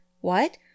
What